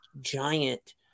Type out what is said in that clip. giant